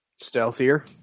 Stealthier